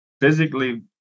physically